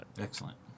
Excellent